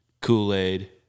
Kool-Aid